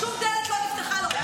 שום דלת לא נפתחה לו.